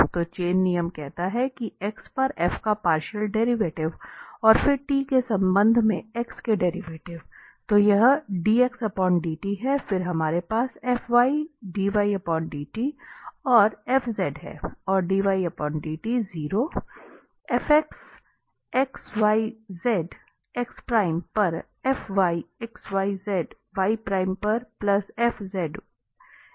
तो चेन नियम कहते हैं कि x पर f का पार्शियल डेरिवेटिव और फिर t के संबंध में x के डेरिवेटिव तो यह dx dt है फिर हमारे पास और है और 0 के बराबर है